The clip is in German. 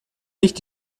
nicht